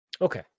Okay